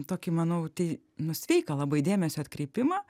tokį manau tai nu sveiką labai dėmesio atkreipimą